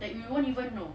that we won't even know